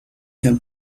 can